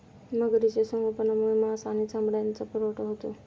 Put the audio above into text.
मगरीचे संगोपनामुळे मांस आणि चामड्याचा पुरवठा होतो